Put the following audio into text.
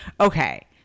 Okay